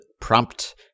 prompt